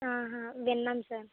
విన్నాము సార్